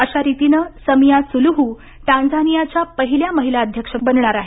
अशा रितीनं Samia Suluhu टांझानियाच्या पहिल्या महिला अध्यक्ष बनणार आहेत